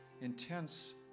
intense